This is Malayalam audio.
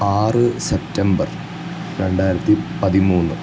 ആറ് സെപ്റ്റംബർ രണ്ടായിരത്തി പതിമൂന്ന്